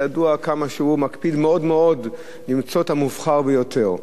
היה ידוע כמה הוא מקפיד מאוד מאוד במצוות המובחר ביותר.